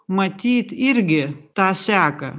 matyt irgi tą seką